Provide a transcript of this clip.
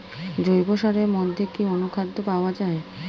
জৈব সারের মধ্যে কি অনুখাদ্য পাওয়া যায়?